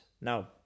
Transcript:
Now